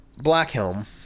Blackhelm